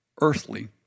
earthly